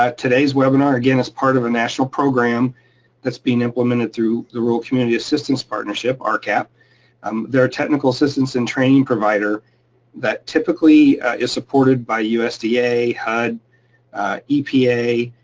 ah today's webinar, again, is part of a national program that's being implemented through the rural community assistance partnership, ah rcap. um they're a technical assistance and training provider that typically is supported by usda, yeah hud, epa,